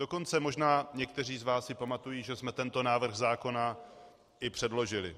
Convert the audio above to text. Dokonce možná někteří z vás si pamatují, že jsme tento návrh zákona i předložili.